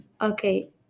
Okay